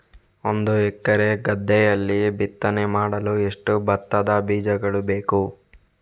ಒಂದು ಎಕರೆ ಗದ್ದೆಯಲ್ಲಿ ಬಿತ್ತನೆ ಮಾಡಲು ಎಷ್ಟು ಭತ್ತದ ಬೀಜಗಳು ಬೇಕು?